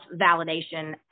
validation